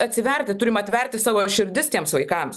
atsiverti turime atverti savo širdis tiems vaikams